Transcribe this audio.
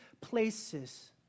places